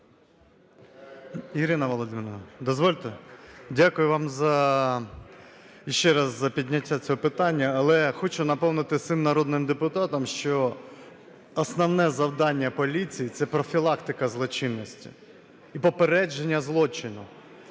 Ірина Володимирівна, дозвольте. Дякую вам за… ще раз за підняття цього питання. Але хочу напомнити всім народним депутатам, що основне завдання поліції – це профілактика злочинності і попередження злочину.